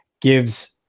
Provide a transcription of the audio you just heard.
gives